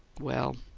well,